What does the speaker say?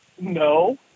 No